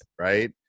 right